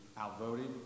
outvoted